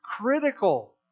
critical